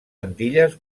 antilles